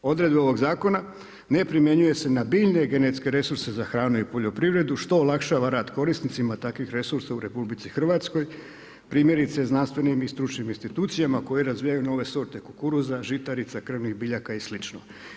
Odredbe ovog zakona ne primjenjuje se na biljne genetske resurse za hranu i poljoprivredu što olakšava rad korisnicima takvih resursa u RH, primjerice znanstvenim i stručnim institucijama koje razvijaju nove sorte kukuruza, žitarica, krvnih biljaka i slično.